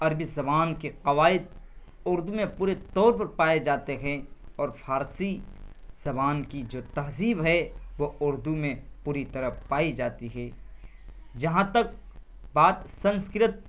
عربی زبان کے قواعد اردو میں پورے طور پر پائے جاتے ہیں اور فارسی زبان کی جو تہذیب ہے وہ اردو میں پوری طرح پائی جاتی ہے جہاں تک بات سنسکرت